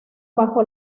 bajo